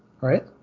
right